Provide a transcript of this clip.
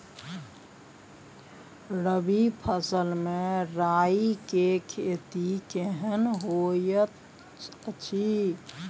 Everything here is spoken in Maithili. रबी फसल मे राई के खेती केहन होयत अछि?